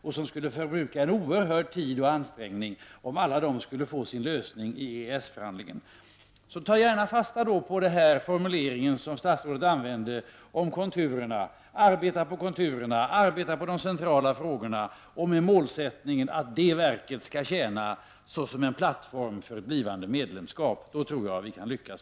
Det skulle förbrukas oerhört mycket tid och ansträngning om alla dessa frågor skulle få sin lösning i EES förhandlingen. Tag då gärna fasta på den formulering som statsrådet använde om konturerna! Arbeta på konturerna, arbeta på de centrala frågorna — och med målsättningen att det verket skall tjäna som en plattform för ett blivande medlemskap! Då tror jag att vi kan lyckas.